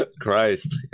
christ